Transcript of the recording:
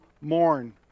mourn